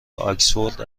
آکسفورد